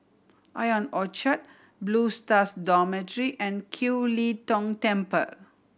Ion Orchard Blue Stars Dormitory and Kiew Lee Tong Temple